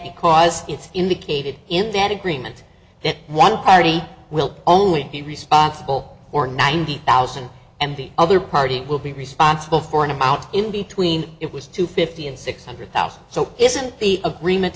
because it's indicated in that agreement that one party will only be responsible for ninety thousand and the other party will be responsible for an amount in between it was to fifty and six hundred thousand so it isn't the agreement